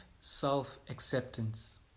self-acceptance